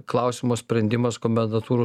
klausimo sprendimas komendantūrų